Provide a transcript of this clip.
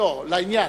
לא, לעניין.